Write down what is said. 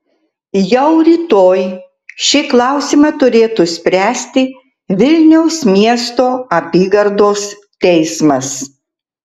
jau rytoj šį klausimą turėtų spręsti vilniaus miesto apygardos teismas